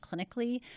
clinically